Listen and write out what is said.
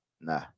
Nah